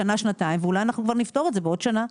שנה-שנתיים ואולי נפתור את זה בעוד שנה.